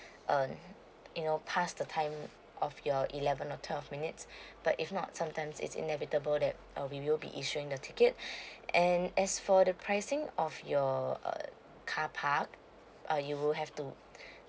uh you know pass the time of your eleventh or twelfth minutes but if not sometimes it's inevitable that uh we will be issuing the tickets and as for the pricing of your err car park uh you would have to